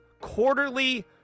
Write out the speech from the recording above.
quarterly